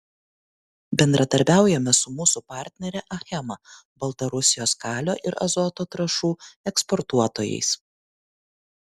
bendradarbiaujame su mūsų partnere achema baltarusijos kalio ir azoto trąšų eksportuotojais